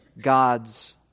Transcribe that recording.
God's